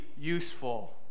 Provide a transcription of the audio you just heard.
useful